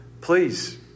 please